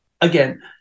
again